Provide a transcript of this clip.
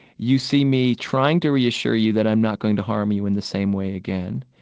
you see me trying to reassure you that i'm not going to harm you in the same way again.